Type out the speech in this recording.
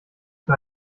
für